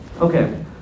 Okay